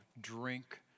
drink